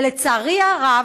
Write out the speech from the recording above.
לצערי הרב,